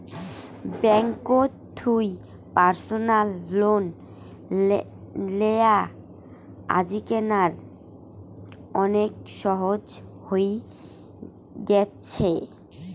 ব্যাঙ্ককোত থুই personal loan লেয়া আজিকেনা অনেক সহজ হই গ্যাছে